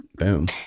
Boom